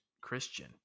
christian